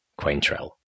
Quaintrell